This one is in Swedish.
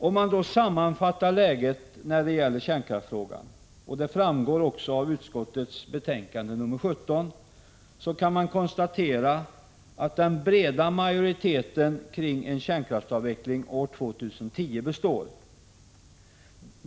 Om man sammanfattar läget i kärnkraftsfrågan — det framgår av utskottets betänkande 17 — kan man konstatera att den breda majoriteten kring en kärnkraftsavveckling år 2010 består.